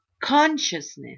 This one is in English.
Consciousness